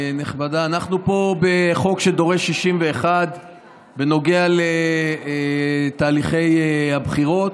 אנחנו פה בחוק שדורש 61 בנוגע לתהליכי הבחירות.